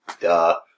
Duh